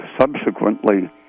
subsequently